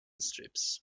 strips